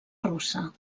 russa